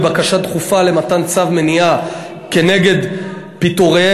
בקשה דחופה למתן צו מניעה כנגד פיטוריהם